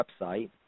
website